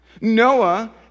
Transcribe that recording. Noah